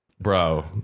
bro